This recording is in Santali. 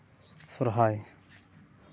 ᱥᱚᱦᱚᱨᱟᱭ